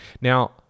Now